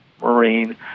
Marine